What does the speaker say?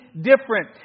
different